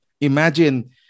Imagine